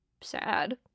sad